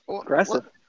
Aggressive